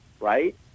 right